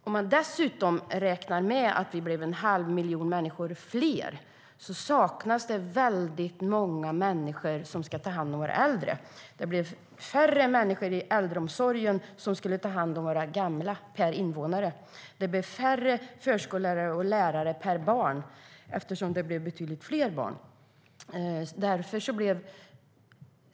Om man dessutom räknar in att vi blev en halv miljon fler människor saknas det väldigt många som ska ta hand om våra äldre. Det blev färre människor i äldreomsorgen per invånare som ska ta hand om våra gamla. Det blev färre förskollärare och lärare per barn, eftersom det blev betydligt fler barn.